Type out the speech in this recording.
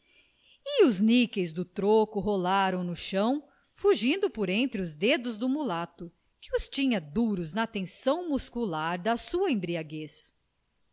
e os níqueis do troco rolaram no chão fugindo por entre os dedos do mulato que os tinha duros na tensão muscular da sua embriaguez